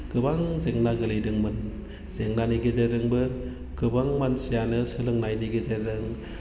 गोबां जेंना गोलैदोंमोन जेंनानि गेजेरजोंबो गोबां मानसियानो सोलोंनायनि गेजेरजों